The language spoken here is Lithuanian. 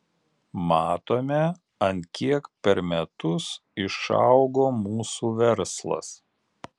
matome ant kiek per metus išaugo mūsų verslas